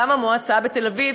גם המועצה בתל-אביב,